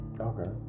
Okay